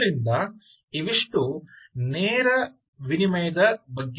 ಆದ್ದರಿಂದ ಇವಿಷ್ಟು ನೇರ ವಿನಿಮಯದ ಬಗ್ಗೆ